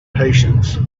patience